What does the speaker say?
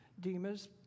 Dima's